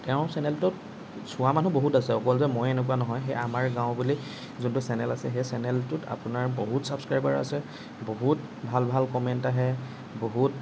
তেওঁৰ চেনেলটোত চোৱা মানুহ বহুত আছে অকল যে মইয়েই এনেকুৱা নহয় হেই আমাৰ গাঁও বুলি যোনটো চেনেল আছে চেনেলটোত আপোনাৰ বহুত ছাবস্ক্ৰাইবাৰ আছে বহুত ভাল ভাল কমেণ্ট আহে বহুত